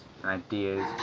ideas